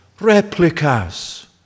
replicas